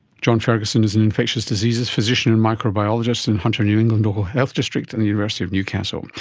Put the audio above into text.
john ferguson is an infectious diseases physician and microbiologist in hunter new england local health district and the university of newcastle.